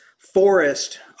forest